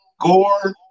Gore